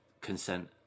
consent